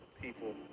people